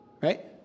right